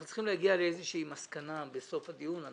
אנחנו צריכים להגיע לאיזושהי מסקנה בסוף הדיון,